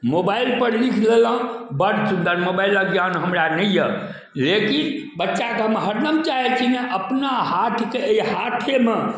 mobile पर लिख लेलहुॅं बड सुन्दर मोबाइलके ज्ञान हमरा नहिये लेकिन बच्चाके हम हरदम चाहे छी जे अपना हाथके अय हाथेमे